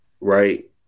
right